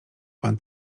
pan